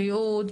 בריאות,